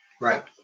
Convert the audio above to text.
Right